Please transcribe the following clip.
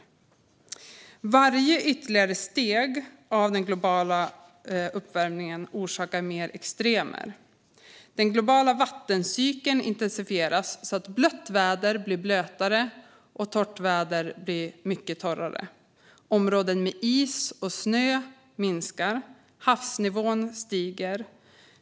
Varje ytterligare steg av den globala uppvärmningen orsakar mer extremer. Den globala vattencykeln intensifieras så att blött väder blir blötare och torrt väder blir mycket torrare. Områden med is och snö minskar, och havsnivån stiger.